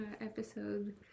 episode